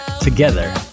together